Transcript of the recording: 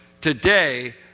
today